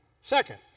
Second